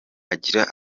agira